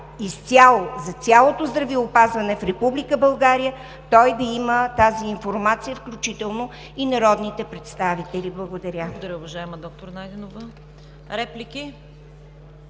за цялото здравеопазване в Република България, той да има тази информация, включително и народните представители. Благодаря.